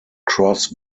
cross